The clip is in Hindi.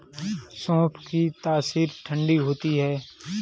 सौंफ की तासीर ठंडी होती है